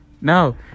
no